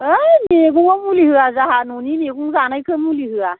ओइ मैगंआव मुलि होआ जाहा न'नि मैगं जानायखो मुलि होआ